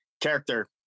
character